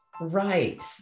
right